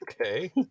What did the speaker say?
okay